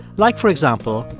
like, for example,